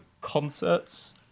concerts